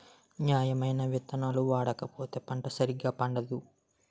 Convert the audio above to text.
నాణ్యమైన ఇత్తనాలు ఓడకపోతే పంట సరిగా పండదు